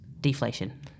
deflation